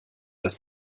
das